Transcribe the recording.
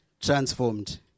transformed